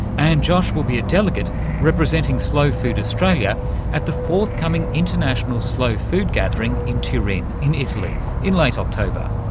and josh will be a delegate representing slow food australia at the forthcoming international slow food gathering in turin in italy in late october.